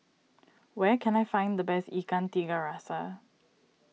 where can I find the best Ikan Tiga Rasa